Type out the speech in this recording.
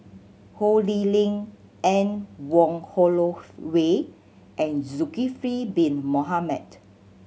Ho Lee Ling Anne Wong Holloway and Zulkifli Bin Mohamed